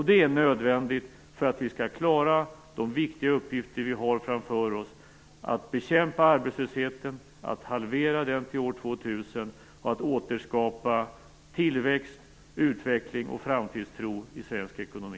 Detta är nödvändigt för att vi skall klara de viktiga uppgifter som vi har framför oss: att bekämpa arbetslösheten, att halvera den till år 2000 och att återskapa tillväxt, utveckling och framtidstro i svensk ekonomi.